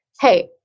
hey